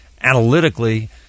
analytically